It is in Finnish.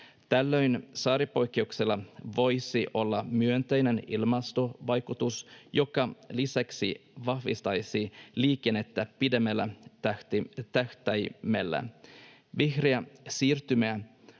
Tällöin saaripoikkeuksella voisi olla myönteinen ilmastovaikutus, joka lisäksi vahvistaisi liikennettä pidemmällä tähtäimellä. Vihreä siirtymä